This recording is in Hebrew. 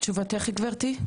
תשובתך גברתי?